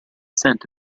saint